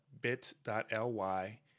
bit.ly